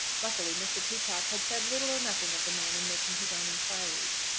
luckily mr. peacocke had said little or nothing of the man in making his own inquiries.